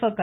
per க